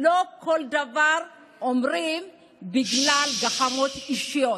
לא כל דבר אומרים בגלל גחמות אישיות.